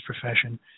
profession